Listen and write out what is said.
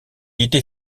était